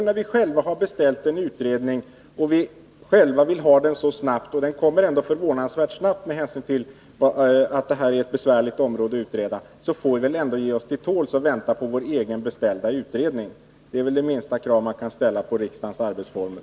När vi själva har beställt en utredning — och den kommer ändå förvånansvärt snabbt med hänsyn till att det är ett besvärligt område att utreda — får vi väl ge oss till tåls. Det är det minsta krav man kan ställa på respekt för riksdagens arbetsformer.